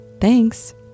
Thanks